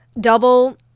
Double